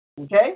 Okay